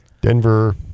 Denver